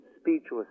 speechless